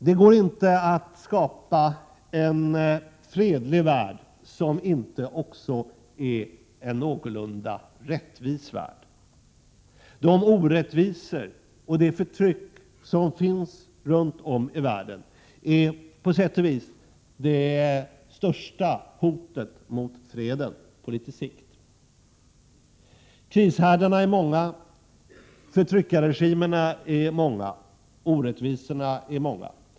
Det går inte att skapa en fredlig värld, som inte också är en någorlunda rättvis värld. De orättvisor och det förtryck som finns runt om i världen är på sätt och vis det största hotet mot freden på litet sikt. Krishärdarna är många. Förtryckarregimerna är många och orättvisorna är många.